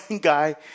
guy